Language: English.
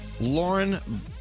Lauren